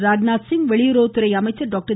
ராஜ்நாத்சிங் வெளியுறவு அமைச்சர் டாக்டர்